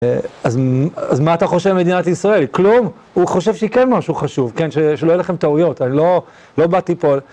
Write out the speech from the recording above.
אז מה אתה חושב במדינת ישראל? כלום? הוא חושב שכן משהו חשוב, כן, שלא יהיו לכם טעויות, אני לא, לא באתי פה.